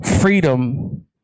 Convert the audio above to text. Freedom